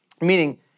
Meaning